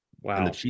wow